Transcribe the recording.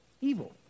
evil